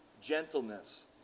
gentleness